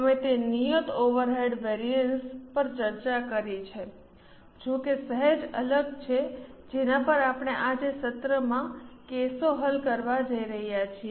અમે તે નિયત ઓવરહેડ વેરિઅન્સ પર ચર્ચા કરી છે જો કે સહેજ અલગ છે જેના પર આપણે આજે સત્રમાં કેસો હલ કરવા જઈ રહ્યા છીએ